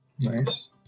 Nice